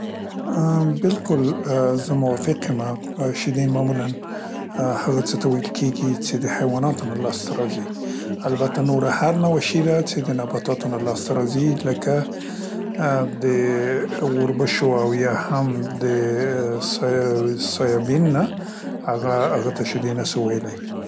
ا، بلکل، زه موافق یمه. شیدې معمولاً هغه څه ته ویل کیګي څې د حیواناتو نه لاسته راځي البته نور هر نوع شیره څې له نباتاتو نه لاسته راځي لکه د اوربشو او یا هم د سوی سویابینو نه هغه، هغه ته شیدې نسو ویلی.